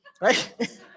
right